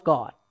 God